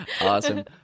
Awesome